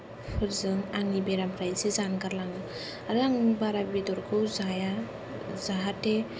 बेफोरजों आंनि बेरामफोरा इसे जानगारलाङो आरो आं बारा बेदरखौ जाया जाहाथे